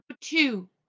two